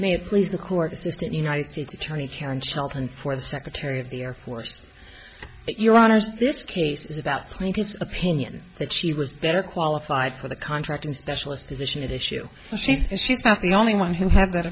me please the court assistant united states attorney karen shelton for the secretary of the air force your honour's this case is about opinion that she was better qualified for the contract and specialist position at issue and she says she's not the only one who have that